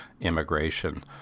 Immigration